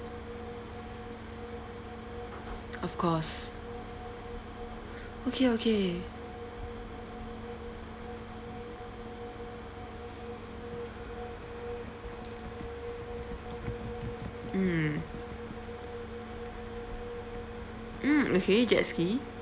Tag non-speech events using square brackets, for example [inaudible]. of course [breath] okay okay mm mm okay jet ski